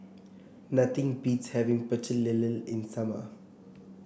nothing beats having Pecel Lele in summer